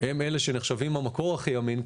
הם אלה שנחשבים המקור הכי אמין,